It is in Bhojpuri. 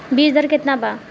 बीज दर केतना बा?